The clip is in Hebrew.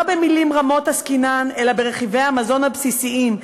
לא במילים רמות עסקינן אלא ב'רכיבי המזון הבסיסיים',